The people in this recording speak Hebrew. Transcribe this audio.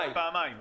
פעמיים מסובסידיה.